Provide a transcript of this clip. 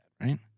right